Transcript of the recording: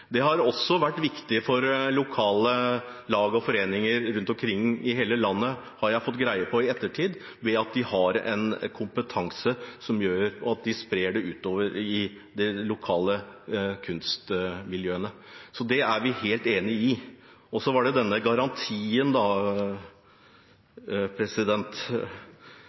også vært viktig for lokale lag og foreninger rundt omkring i hele landet, har jeg fått greie på i ettertid, at de har en kompetanse som de sprer utover i de lokale kunstmiljøene. Så det er vi helt enig i. Så var det denne garantien, da.